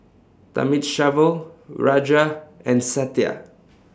Thamizhavel Raja and Satya